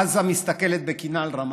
עזה מסתכלת בקנאה על רמאללה.